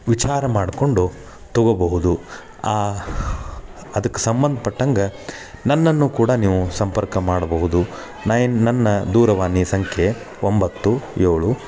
ವಿಚಾರ ಮಾಡಿಕೊಂಡು ತೊಗೊಬಹುದು ಅದಕ್ಕೆ ಸಂಬಂಧಪಟ್ಟಂಗೆ ನನ್ನನ್ನು ಕೂಡ ನೀವು ಸಂಪರ್ಕ ಮಾಡಬಹುದು ನೈನ್ ನನ್ನ ದೂರವಾಣಿ ಸಂಖ್ಯೆ ಒಂಬತ್ತು ಏಳು